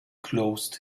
closed